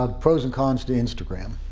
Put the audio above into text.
ah pros and cons to instagram?